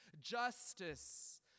justice